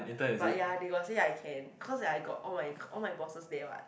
but ya they got say I can cause like I got all my all my bosses there what